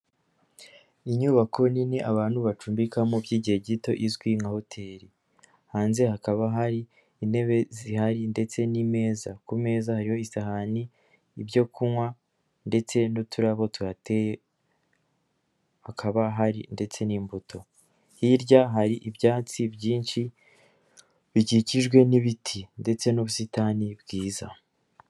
Inyubako nini abantu bacumbikamo by'igihe gito izwi nka hoteli, hanze hakaba hari intebe zihari ndetse n'imeza, ku meza hariho isahani, ibyo kunywa ndetse n'uturabo tuhateye, hakaba hari ndetse n'imbuto, hirya hari ibyatsi byinshi bikikijwe n'ibiti ndetse n'ubusitani bwiza.